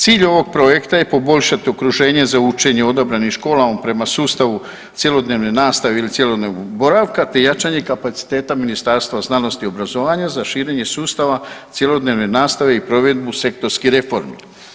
Cilj ovog projekta je poboljšati okruženje za učenje u odabranim školama prema sustavu cjelodnevne nastave ili cjelodnevnog boravka, te jačanja kapaciteta Ministarstva znanosti i obrazovanja za širenje sustava cjelodnevne nastave i provedbu sektorskih reformi.